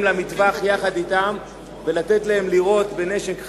למטווח יחד אתם ולתת להם לירות בנשק חם.